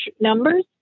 numbers